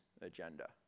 agenda